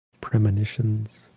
premonitions